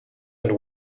and